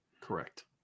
Correct